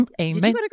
Amen